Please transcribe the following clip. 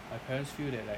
my parents feel that like